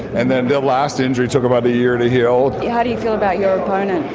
and then the last injury took about a year to heal. how do you feel about your opponent?